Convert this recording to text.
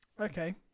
okay